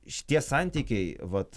šitie santykiai vat